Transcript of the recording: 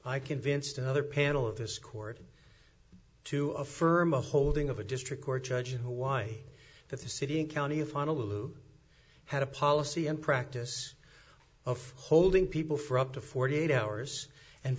i convinced another panel of this court to affirm the holding of a district court judge in hawaii that the city and county of honolulu had a policy and practice of holding people for up to forty eight hours and